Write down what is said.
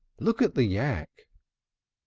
look at the yak!